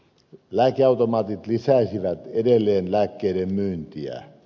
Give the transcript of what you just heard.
lääkeautomaatit lisäisivät edelleen lääkkeiden myyntiä